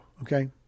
okay